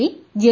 P J